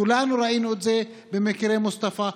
כולנו ראינו את זה במקרה של מוסטפא,